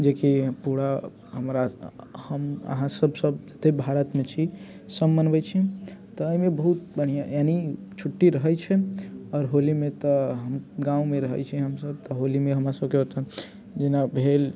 जे कि पूरा हमरा हम अहाँसभ सभ जतेक भारतमे छी सभ मनबै छी तऽ एहिमे बहुत बढ़िआँ यानि छुट्टी रहै छै आओर होलीमे तऽ हम गाममे रहै छी हमसभ तऽ होलीमे हमरा सभके ओतय जेना भेल